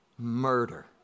murder